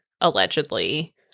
allegedly